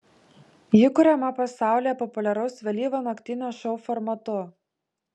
ji kuriama pasaulyje populiaraus vėlyvo naktinio šou formatu